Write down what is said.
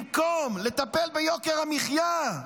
במקום לטפל ביוקר המחיה,